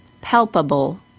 palpable